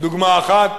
דוגמה אחת,